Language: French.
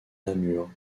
namur